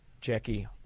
Jackie